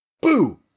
Boo